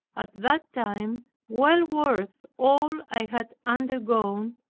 at that time well worth all i had undergone,